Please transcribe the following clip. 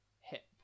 hip